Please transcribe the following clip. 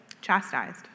chastised